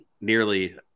nearly